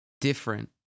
different